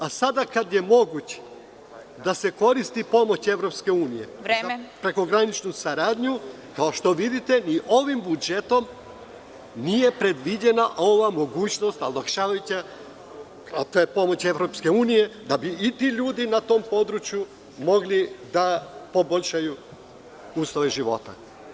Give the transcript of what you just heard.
A sada kada je moguće da se… (Predsedavajuća: Vreme.) …koristi pomoć EU, prekogranična saradnja, kao što vidite, ni ovim budžetom nije predviđena ova olakšavajuća mogućnost da bi i ti ljudi na tom području mogli da poboljšaju uslove života.